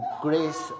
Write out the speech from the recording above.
grace